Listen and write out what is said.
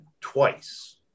twice